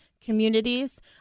communities